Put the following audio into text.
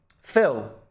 Phil